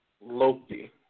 Loki